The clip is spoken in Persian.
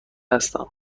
هستم